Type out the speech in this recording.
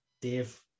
Dave